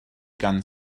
gan